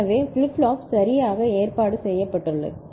எனவே flip flop சரியாக ஏற்பாடு செய்யப்பட்டுள்ளது